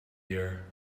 year